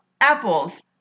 apples